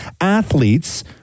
athletes